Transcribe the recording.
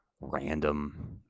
random